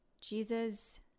Jesus